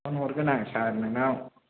phone हरगोन आं सार नोंनाव